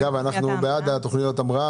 גם אנחנו בעד תכניות ההמראה.